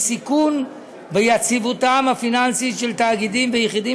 היא סיכון יציבותם הפיננסית של תאגידים ויחידים